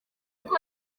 kuko